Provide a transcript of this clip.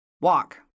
Walk